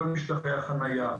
כל משטחי החנייה,